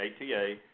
ATA